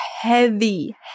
heavy